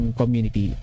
community